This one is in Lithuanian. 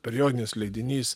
periodinis leidinys